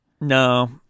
No